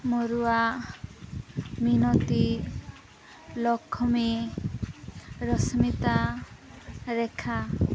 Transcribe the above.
ମରୁଆ Minati Lakshmi Rashmita Rekha